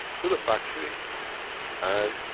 to the factory and,